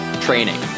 Training